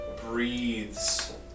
breathes